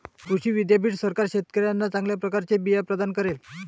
कृषी विद्यापीठ सरकार शेतकऱ्यांना चांगल्या प्रकारचे बिया प्रदान करेल